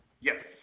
Yes